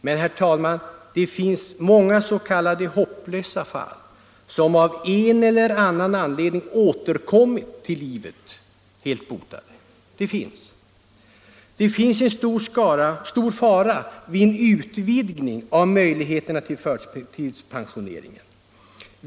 Men, herr talman, det finns också många s.k. hopplösa fall som av en eller annan anledning återkommit till livet helt botade. Därför föreligger det en stor fara vid en utvidgning av möjligheterna till förtidspensionering.